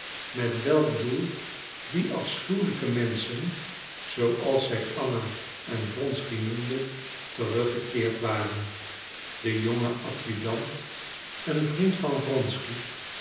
met welk doel die afschuwelijke menschen zooals zij anna en wronsky noemde teruggekeerd waren de jonge adjudant een vriend van